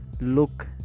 look